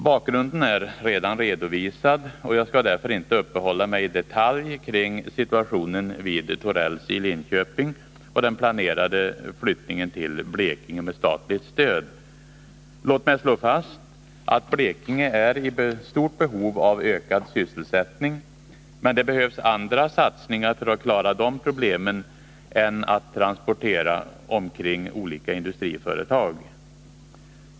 Bakgrunden är redan redovisad, och jag skall därför inte uppehålla mig i detalj kring situationen vid Torells i Linköping och den planerade flyttningen 55 till Blekinge med statligt stöd. Låt mig slå fast att Blekinge är i stort behov av ökad sysselsättning. Men det behövs andra satsningar för att klara de problemen än att transportera omkring olika industriföretag.